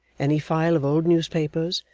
any file of old newspapers,